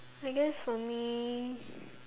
I guess for me